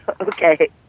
Okay